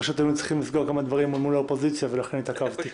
פשוט היינו צריכים לסגור כמה דברים מול האופוזיציה ולכן התעכבתי.